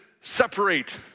separate